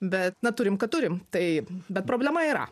bet na turim ką turim tai bet problema yra